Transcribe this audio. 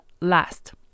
last